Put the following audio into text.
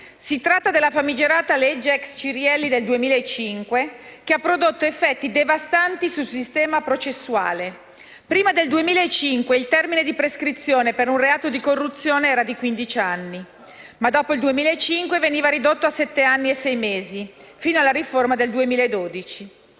Si tratta della famigerata cosiddetta legge ex Cirielli del 2005, che ha prodotto effetti devastanti sul sistema processuale. Prima del 2005 il termine di prescrizione per un reato di corruzione era di quindici anni, ma dopo il 2005 è stato ridotto a sette anni e sei mesi fino alla riforma del 2012.